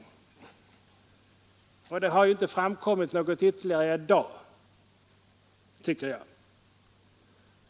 Det har enligt min mening inte framkommit någon ytterligare argumentering i dag.